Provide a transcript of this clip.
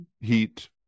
Heat